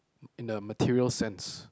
in the material sense